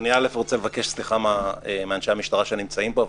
אני רוצה לבקש סליחה מאנשי המשטרה שנמצאים פה,